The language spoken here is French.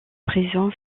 présent